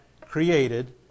created